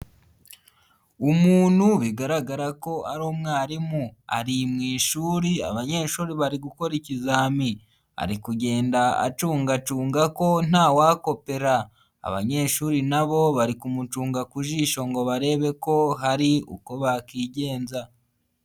Umuntu bigaragara ko ari umwarimu, ari mu ishuri, abanyeshuri bari gukora ikizami. Ari kugenda acungacuunga ko nta wakopera, abanyeshuri nabo bari kumucunga ku jisho ngo barebe ko hari uko bakigenza.